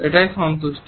এটা সন্তুষ্টি